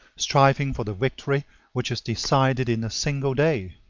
striving for the victory which is decided in a single day.